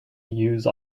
use